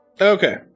Okay